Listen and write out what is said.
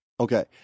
Okay